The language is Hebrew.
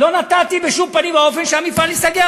לא נתתי בשום פנים ואופן שהמפעל ייסגר,